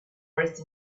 breath